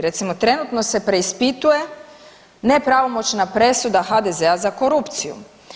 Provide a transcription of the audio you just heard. Recimo trenutno se preispituje nepravomoćna presuda HDZ-a za korupciju.